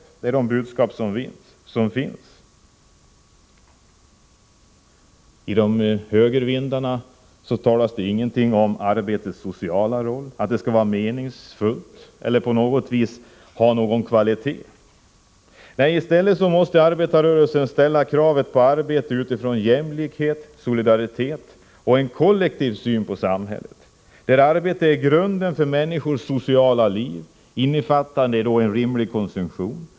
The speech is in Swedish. Det är det budskap som ges. Från högerhåll sägs det inget om arbetets sociala roll, att det skall vara meningsfullt eller ha kvalitet. Arbetarrörelsen måste se till att arbeten skapas utifrån krav på jämlikhet och solidaritet. Vi måste ha en kollektiv syn på samhället, där arbetet är grunden för människors sociala liv innefattande en rimlig konsumtion.